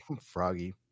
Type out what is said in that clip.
Froggy